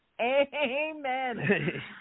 Amen